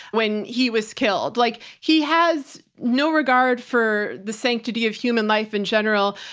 when he was killed. like he has no regard for the sanctity of human life in general.